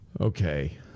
Okay